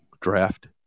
draft